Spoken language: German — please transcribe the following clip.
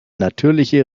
natürliche